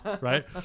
Right